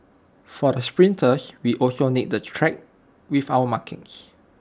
for the sprinters we also need the track with our markings